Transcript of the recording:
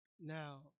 Now